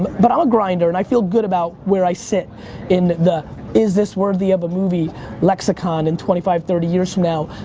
but i'm a grinder and i feel good about where i sit in the is this worthy of a movie lexicon in twenty five thirty years from now.